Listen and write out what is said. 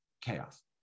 chaos